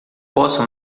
posso